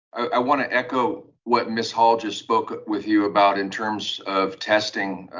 i wanna echo what miss hall just spoke with you about in terms of testing.